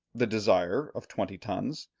the desire, of twenty tons,